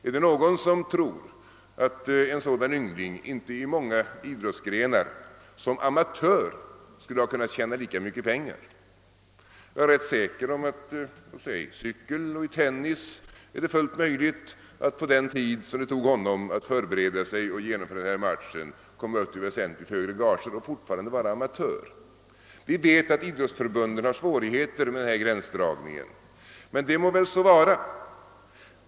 Är det någon som tror att en sådan yngling inte i många idrottsgrenar som amatör skulle ha kunnat tjäna lika mycket pengar? Det är fullt möjligt att han i låt mig säga cykel och tennis, på den tid som det tog honom att förbereda sig för och genomföra den aktuella matchen, skulle kunna komma upp till väsentligt högre gager och fortfarande vara amatör. Vi vet att idrottsförbunden har svårigheter med denna gränsdragning. Men det må så vara.